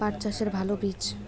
পাঠ চাষের ভালো বীজ?